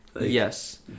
yes